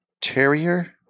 terrier